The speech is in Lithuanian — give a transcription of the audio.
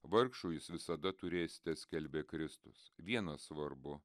vargšų jis visada turėsite skelbė kristus viena svarbu